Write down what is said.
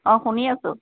অ শুনি আছোঁ